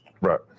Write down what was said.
Right